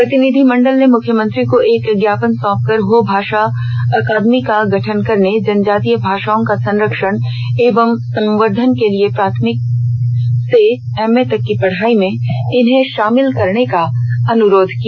प्रतिनिधि मंडल ने मुख्यमंत्री को एक ज्ञापन साँप कर हो भाषा अकादमी का गठन करने जनजातीय भाषाओं का संरक्षण एवं संवर्धन के लिए प्राथमिक से एमए तक की पढ़ाई में इन्हें शामिल करने का अनुरोध किया